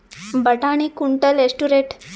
ಬಟಾಣಿ ಕುಂಟಲ ಎಷ್ಟು ರೇಟ್?